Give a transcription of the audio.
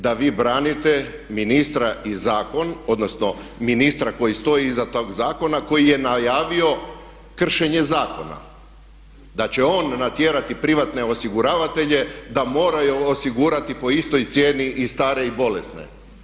Da vi branite ministra i zakon odnosno ministra koji stoji iza tog zakona koji je najavio kršenje zakona, da će on natjerati privatne osiguravatelje da moraju osigurati po istoj cijeni i stare i bolesne.